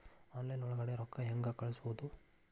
Online ಒಳಗಡೆ ರೊಕ್ಕ ಹೆಂಗ್ ಕಳುಹಿಸುವುದು?